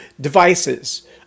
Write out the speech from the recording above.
devices